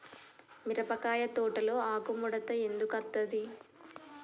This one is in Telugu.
మిరపకాయ తోటలో ఆకు ముడత ఎందుకు అత్తది?